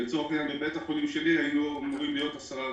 ובבית החולים שלי היינו אמורים להיות 10 רופאים.